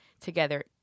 together